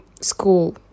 school